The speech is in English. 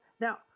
Now